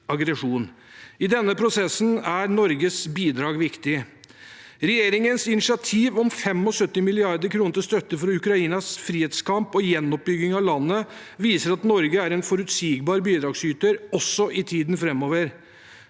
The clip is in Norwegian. I denne prosessen er Norges bidrag viktig. Regjeringens initiativ om 75 mrd. kr til støtte for Ukrainas frihetskamp og gjenoppbygging av landet viser at Norge er en forutsigbar bidragsyter også i tiden framover.